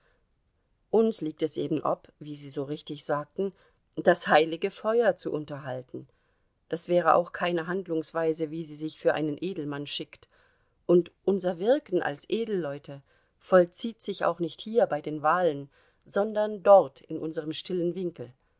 uns liegt es eben ob wie sie so richtig sagten das heilige feuer zu unterhalten das wäre auch keine handlungsweise wie sie sich für einen edelmann schickt und unser wirken als edelleute vollzieht sich auch nicht hier bei den wahlen sondern dort in unserm stillen winkel